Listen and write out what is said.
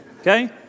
okay